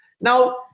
Now